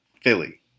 Philly